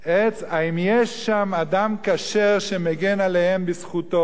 עץ, אם יש שם אדם כשר שמגן עליהם בזכותו.